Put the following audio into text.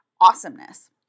awesomeness